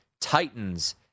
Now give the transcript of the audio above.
Titans